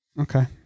Okay